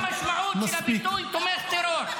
אז עכשיו תבינו מה המשמעות של הביטוי תומך טרור.